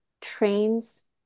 trains